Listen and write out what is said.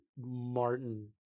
Martin